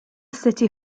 city